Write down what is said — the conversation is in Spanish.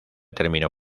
terminó